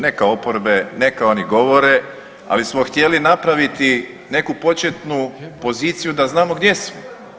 Neka oporbe, neka oni govore ali smo htjeli napraviti neku početnu poziciju da znamo gdje smo.